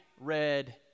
red